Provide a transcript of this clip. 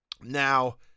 Now